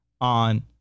on